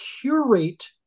curate